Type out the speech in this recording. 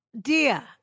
Dear